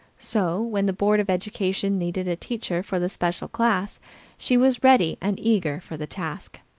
so, when the board of education needed a teacher for the special class she was ready and eager for the task.